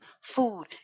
food